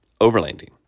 Overlanding